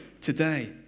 today